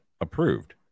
approved